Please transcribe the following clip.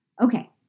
Okay